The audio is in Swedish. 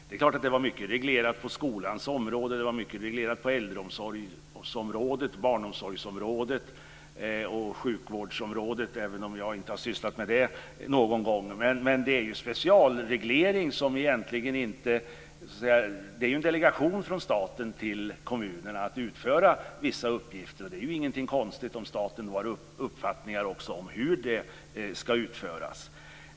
Det var mycket reglerat på skolans område, äldreomsorgsområdet, barnomsorgsområdet och sjukvårdsområdet, även om jag inte har sysslat med det någon gång. Men det är en delegation från staten till kommunerna att utföra vissa uppgifter. Det är inte konstigt om staten har uppfattningar om hur de ska utföras.